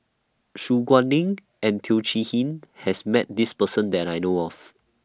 Su Guaning and Teo Chee Hean has Met This Person that I know of